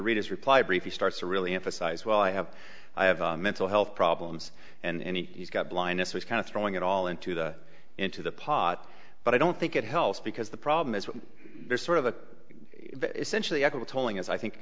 read his reply brief he starts to really emphasize well i have i have mental health problems and he's got blindness was kind of throwing it all into the into the pot but i don't think it helps because the problem is there's sort of a essentially tolling as i think